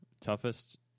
Toughest